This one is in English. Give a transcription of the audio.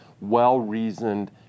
well-reasoned